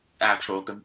actual